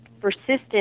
persistent